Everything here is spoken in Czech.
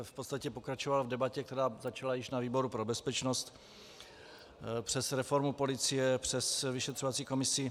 V podstatě pokračoval v debatě, která začala již na výboru pro bezpečnost, přes reformu policie, přes vyšetřovací komisi.